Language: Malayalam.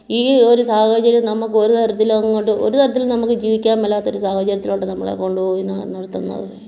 ഈ ഒരു സാഹചര്യം നമക്കൊരുതരത്തിലും അങ്ങോട്ട് ഒരുതരത്തിലും നമുക്ക് ജീവിക്കാൻ മേലാത്ത ഒരു സാഹചര്യത്തിലോട്ട് നമ്മളെ കൊണ്ടുപോയി നാ നിർത്തുന്നത്